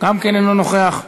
גם הוא אינו נוכח.